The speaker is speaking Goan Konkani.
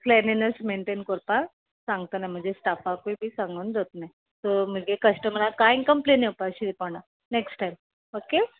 क्लेनलीनस मेनटेन कोरपा सांगतना म्हणजे स्टाफाकूय बी सांगून दोवोतले सो म्हणजे कस्टमराक कांय कंप्लेन येवपा शिरी पोडना नॅक्स्ट टायम ओके